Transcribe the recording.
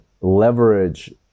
leverage